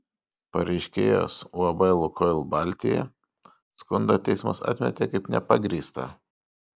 pareiškėjos uab lukoil baltija skundą teismas atmetė kaip nepagrįstą